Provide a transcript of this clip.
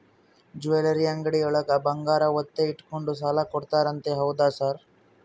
Jewellery ಅಂಗಡಿಯೊಳಗ ಬಂಗಾರ ಒತ್ತೆ ಇಟ್ಕೊಂಡು ಸಾಲ ಕೊಡ್ತಾರಂತೆ ಹೌದಾ ಸರ್?